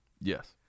Yes